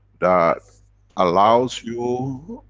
that allows you,